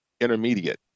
intermediate